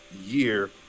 year